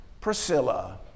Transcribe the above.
Priscilla